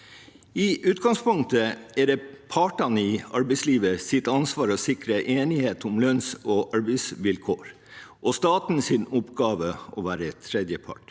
I utgangspunktet er det partene i arbeidslivets ansvar å sikre enighet om lønns- og arbeidsvilkår og statens oppgave å være en tredjepart.